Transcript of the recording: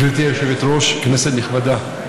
גברתי היושבת-ראש, כנסת נכבדה,